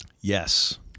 yes